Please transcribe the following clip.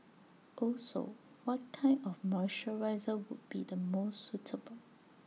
also what kind of moisturiser would be the most suitable